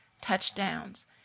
touchdowns